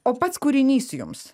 o pats kūrinys jums